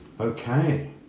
Okay